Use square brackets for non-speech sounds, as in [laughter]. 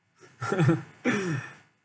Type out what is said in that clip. [laughs] [breath]